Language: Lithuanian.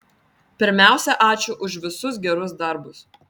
pirmiausia ačiū už visus gerus darbus